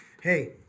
hey